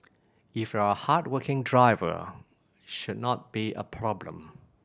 if you're a hard working driver should not be a problem